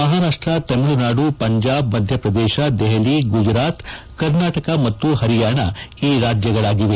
ಮಹಾರಾಷ್ಲ ತಮಿಳುನಾಡು ಪಂಜಾಬ್ ಮಧ್ಯಪ್ರದೇಶ ದೆಪಲಿ ಗುಜರಾತ್ ಕರ್ನಾಟಕ ಮತ್ತು ಪರಿಯಾಣ ಈ ರಾಜ್ಯಗಳಾಗಿವೆ